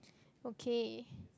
okay